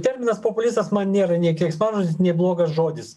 terminas populistas man nėra nei keiksmažodis nei blogas žodis